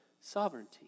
sovereignty